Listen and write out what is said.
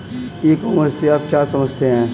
ई commerce से आप क्या समझते हो?